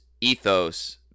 ethos